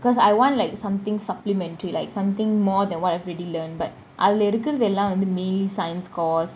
because I want like something supplementary like something more than what I've already learned but அதுல இருக்குறது எல்லாமே :athula irukurathu ellamey mainly science course